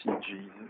Jesus